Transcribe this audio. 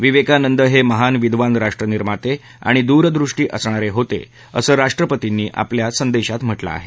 विवेकानंद हे महान विद्वान राष्ट्रनिर्माते आणि दूरदृष्टी असणारे होते असं राष्ट्रपतींना आपल्या संदेशात म्हटलं आहे